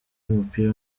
w’umupira